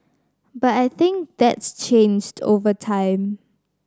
but I think that's changed over time